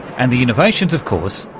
and the innovations, of course,